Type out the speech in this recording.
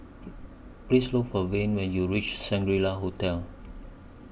Please Look For Layne when YOU REACH Shangri La Hotel